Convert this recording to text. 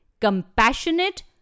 compassionate